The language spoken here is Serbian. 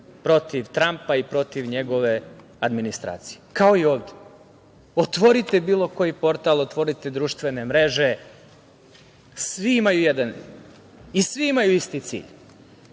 protiv Trampa i protiv njegove administracije, kao i ovde. Otvorite bilo koji portal, otvorite društvene mreže, svi imaju jedan i svi imaju isti cilj.